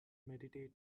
meditate